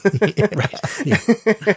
Right